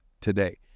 today